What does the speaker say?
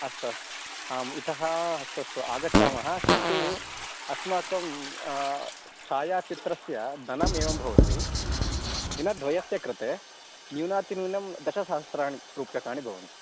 अस्तु अस्तु आम् इतः अस्तु अस्तु आगच्छामः किन्तु अस्माकं छायाचित्रस्य धनम् एवं भवति दिनद्वयस्य कृते न्यूनातिन्यूनं दशसहस्रणि रूप्यकाणि भवन्ति